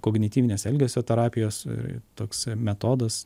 kognityvinės elgesio terapijos ir toks metodas